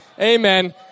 Amen